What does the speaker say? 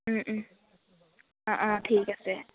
অঁ অঁ ঠিক আছে